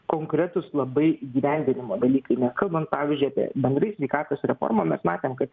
konkretūs labai įgyvendinimo dalykai nekalbant pavyzdžiui apie bendrą sveikatos reformą mes matėm kad